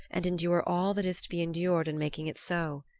and endure all that is to be endured in making it so.